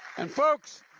and folks,